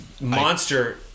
monster